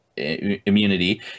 immunity